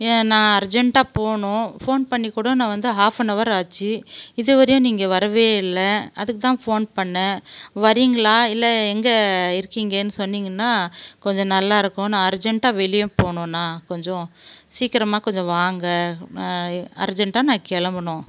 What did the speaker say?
நான் அர்ஜெண்ட்டாக போகணும் ஃபோன் பண்ணி கூட நான் வந்து ஹாஃப் ஆன் அவர் ஆச்சு இதுவரையும் நீங்கள் வரவே இல்லை அதுக்கு தான் ஃபோன் பண்ணிணேன் வரீங்களா இல்லை எங்கே இருக்கீங்கனு சொன்னிங்கனால் கொஞ்சம் நல்லாயிருக்கும் நான் அர்ஜெண்ட்டாக வெளியே போகணும்ண்ணா கொஞ்சம் சீக்கிரமாக கொஞ்சம் வாங்க அர்ஜெண்ட்டாக நான் கிளம்பணும்